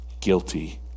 guilty